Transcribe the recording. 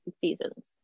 seasons